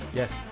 yes